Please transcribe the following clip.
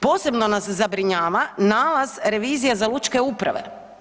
Posebno nas zabrinjava nalaz revizije za lučke uprave.